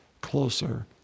closer